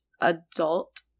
adult